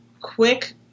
quick